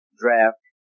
draft